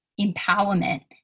empowerment